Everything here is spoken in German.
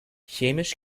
chemisch